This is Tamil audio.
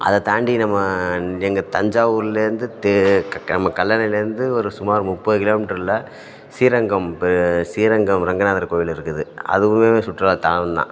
அதைத் தாண்டி நம்ம எங்கள் தஞ்சாவூர்லேருந்து தே நம்ம கல்லணையிலேருந்து ஒரு சுமார் முப்பது கிலோமீட்டரில் ஸ்ரீரங்கம் பெ ஸ்ரீரங்கம் ரங்கநாதர் கோயில் இருக்குது அதுவுமே சுற்றுலாத்தலம் தான்